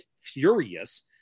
furious